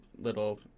little